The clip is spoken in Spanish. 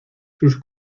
sus